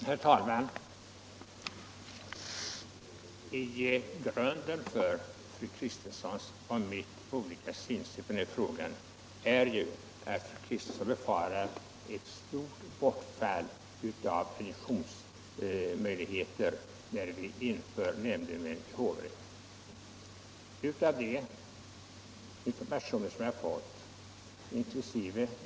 Herr talman! Grunden för fru Kristenssons och mitt olika synsätt i den här frågan är ju att fru Kristensson befarar ett stort bortfall av adjungeringsmöjligheter när vi inför nämndemän i hovrätterna. De informationer jag fått, inkl.